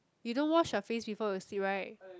you don't wash your face before you sleep right